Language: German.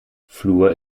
fluor